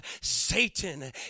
Satan